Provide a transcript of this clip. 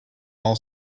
all